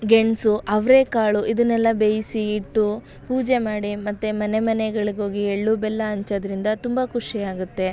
ಗೆಣಸು ಅವರೆಕಾಳು ಇದನ್ನೆಲ್ಲ ಬೇಯಿಸಿ ಇಟ್ಟು ಪೂಜೆ ಮಾಡಿ ಮತ್ತು ಮನೆ ಮನೆಗಳಿಗೋಗಿ ಎಳ್ಳು ಬೆಲ್ಲ ಹಂಚೋದ್ರಿಂದ ತುಂಬ ಖುಷಿಯಾಗುತ್ತೆ